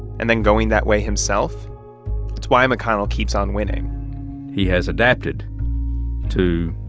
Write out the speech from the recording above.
and then going that way himself it's why mcconnell keeps on winning he has adapted to